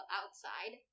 outside